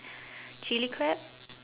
chili crab